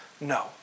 No